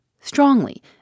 Strongly